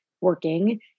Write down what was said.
working